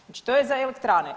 Znači to je za elektrane.